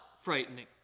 frightening